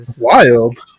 Wild